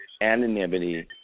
anonymity